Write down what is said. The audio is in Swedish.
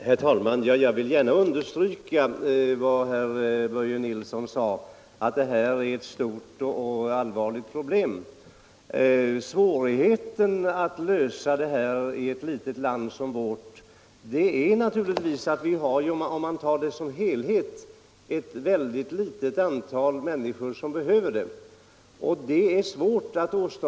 Herr talman! Jag vill gärna understryka vad herr Nilsson i Kristianstad sade, nämligen att frågan om tekniska hjälpmedel för handikappade är ett stort och allvarligt problem. Svårigheten att lösa det i ett land som vårt ligger naturligtvis i att vi relativt sett har ett mycket litet antal människor som behöver sådana här hjälpmedel.